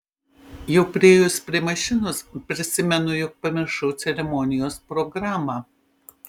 jau priėjus prie mašinos prisimenu jog pamiršau ceremonijos programą